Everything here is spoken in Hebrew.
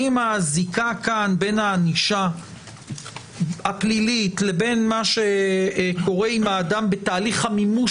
האם הזיקה כאן בין הענישה הפלילית לבין מה שקורה עם האדם בתהליך המימוש